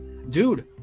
Dude